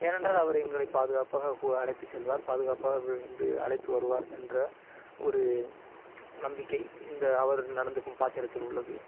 ஏன்னென்றால் அவர் எங்களை பாதுகாப்பாக அழைத்துச்செல்வார் பாதுகாப்பாக விழுந்து அழைத்து வருவார் என்ற ஒரு நம்பிக்கை இந்த அவர் நடந்துக்கும் பாத்திரத்தில் உள்ளது